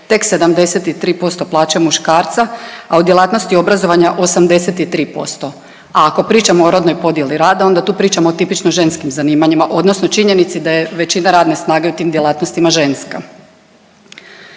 tek 73% plaće muškarca, a u djelatnosti obrazovanja 83%, a ako pričamo o rodnoj podjeli rada onda tu pričamo o tipično ženskim zanimanjima odnosno činjenici da je većina radne snage u tim djelatnostima ženska.